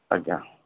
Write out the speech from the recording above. ଆଜ୍ଞା